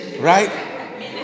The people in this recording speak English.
Right